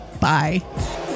Bye